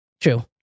True